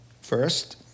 First